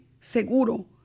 seguro